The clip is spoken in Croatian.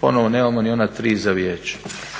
Ponovno nemamo ni ona tri za vijeće.